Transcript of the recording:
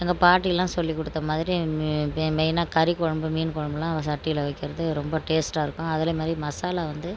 எங்கள் பாட்டியெலாம் சொல்லிக் கொடுத்த மாதிரி மெயினாக கறிக் கொழம்பு மீன் குழம்புலாம் அந்த சட்டியில் வைக்கிறது ரொம்ப டேஸ்ட்டாக இருக்கும் அதில் மாதிரி மசாலா வந்து